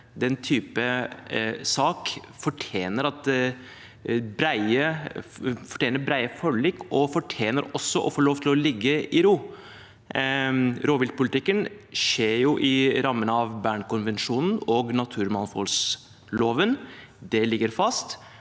denne typen sak fortjener brede forlik og fortjener også å få lov til å ligge i ro. Rovviltpolitikken skjer innen rammene av Bernkonvensjonen og naturmangfoldloven. Det ligger fast.